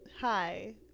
hi